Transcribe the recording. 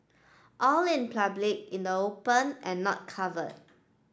all in public in the open and not covered